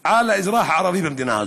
על האזרח הערבי במדינה הזו.